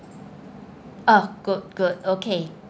ah good good okay